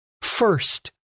First